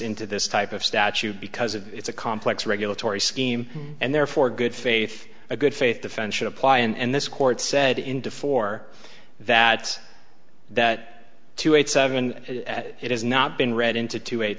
into this type of statute because it's a complex regulatory scheme and therefore good faith a good faith defense should apply and this court said into four that that two eight seven and it has not been read into two eight